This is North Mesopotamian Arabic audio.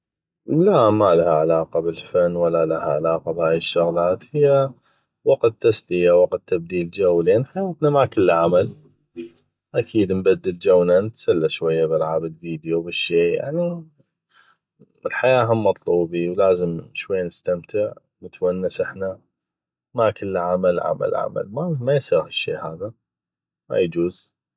لا ما لها علاقه بالفن ولا لها علاقه بهاي الشغلات هيه وقت تسليه وقت تبديل جو لان حياتنا ما كله عمل اكيد نبدل جونا نتسلى شويه ب العاب الفيديو بالشي يعني الحياة هم مطلوبي لازم شويه نستمتع نتونس احنا ما كله عمل عمل ما يصيغ هالشي ما يجوز